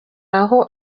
aho